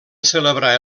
celebrar